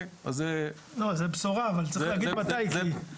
לא, זו בשורה, אבל צריך להגיד מתי יקרה.